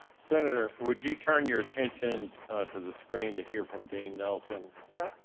senator, would you turn your attention to the screen to hear from dean nelson? sure.